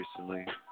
recently